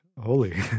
holy